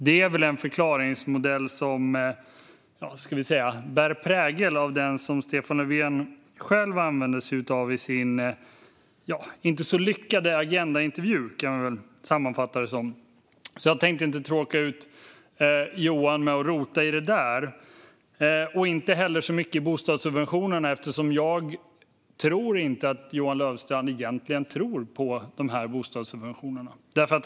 Det är en förklaringsmodell som bär prägel av den som Stefan Löfven själv använde sig av i sin inte så lyckade intervju i Agenda , kan vi väl sammanfatta det som. Jag tänker inte tråka ut Johan med att rota i det där. Jag ska inte heller rota så mycket i bostadssubventionerna, eftersom jag inte tror att Johan Löfstrand egentligen tror på dem.